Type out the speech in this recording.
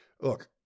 Look